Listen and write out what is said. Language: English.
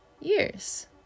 years